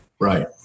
Right